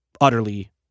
Utterly